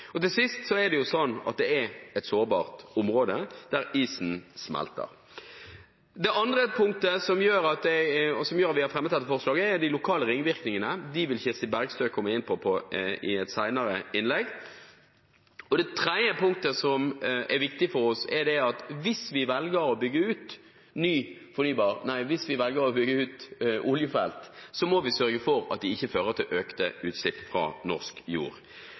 Og til sist er det et sårbart område, der isen smelter. Det andre punktet som gjør at vi har fremmet dette forslaget, er de lokale ringvirkningene. Dem vil Kirsti Bergstø komme inn på i et senere innlegg. Det tredje punktet som er viktig for oss, er at hvis vi velger å bygge ut oljefelt, må vi sørge for at de ikke fører til økte utslipp fra norsk jord.